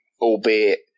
albeit –